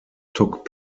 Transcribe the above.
took